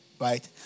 Right